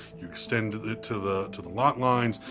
you extend it to the to the lot lines.